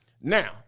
Now